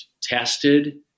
tested